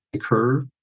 curve